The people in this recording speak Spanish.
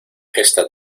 esta